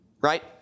Right